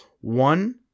One